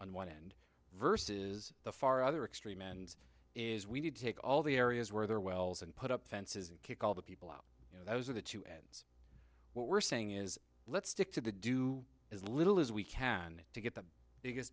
on one end verses the far other extreme ends is we need to take all the areas where there wells and put up fences and kick all the people out you know those are the two ends what we're saying is let's stick to the do as little as we can to get the biggest